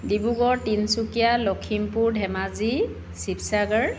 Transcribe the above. Dibrugarh Tinsukia Lakhimpur Dhemaji Sivasagar